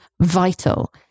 vital